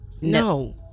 no